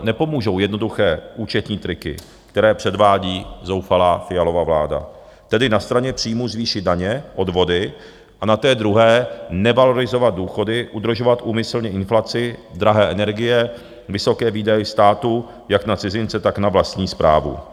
Nepomůžou jednoduché účetní triky, které předvádí zoufalá Fialova vláda, tedy na straně příjmů zvýšit daně, odvody a na té druhé nevalorizovat důchody, udržovat úmyslně inflaci, drahé energie, vysoké výdaje státu jak na cizince, tak na vlastní správu.